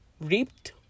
reaped